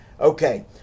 Okay